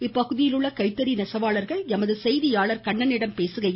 இப்பகுதியில் உள்ள கைத்தறி நெசவாளர்கள் எமது செய்தியாளர் கண்ணனிடம் பேசுகையில்